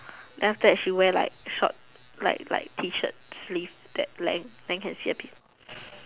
then after that she wear like short like like T shirt sleeve that length then can see a bit